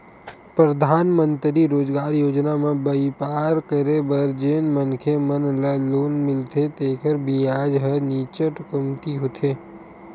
परधानमंतरी रोजगार योजना म बइपार करे बर जेन मनखे मन ल लोन मिलथे तेखर बियाज ह नीचट कमती होथे